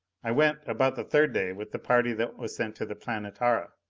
i went about the third day with the party that was sent to the planetara.